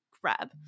grab